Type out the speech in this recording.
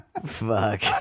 fuck